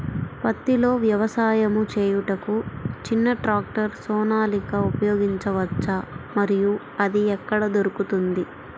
పత్తిలో వ్యవసాయము చేయుటకు చిన్న ట్రాక్టర్ సోనాలిక ఉపయోగించవచ్చా మరియు అది ఎక్కడ దొరుకుతుంది?